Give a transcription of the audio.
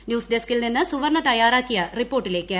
ന്യൂസ്ഡെസ്കിൽ നിന്ന് സുവർണ്ണത്യാറാക്കിയ റിപ്പോർട്ടിലേക്ക്